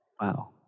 Wow